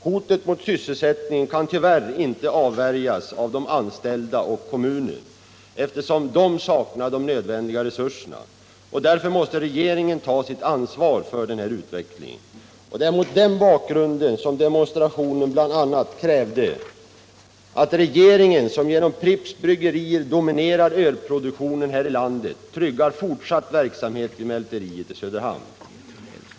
Hotet mot sysselsättningen kan tyvärr inte avvärjas av de anställda och kommunen, eftersom man saknar de nödvändiga resurserna. Därför måste regeringen ta sitt ansvar för den här utvecklingen. Det är mot den bakgrunden som demonstranterna bl.a. krävde att regeringen, eftersom staten genom Pripps Bryggerier dominerar ölproduktionen här i landet, tryggar fortsatt verksamhet vid mälteriet i Söderhamn.